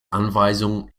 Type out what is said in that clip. anweisung